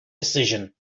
decision